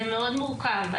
זה מאוד מורכב,